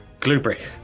Gluebrick